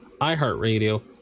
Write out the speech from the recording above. iHeartRadio